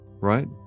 Right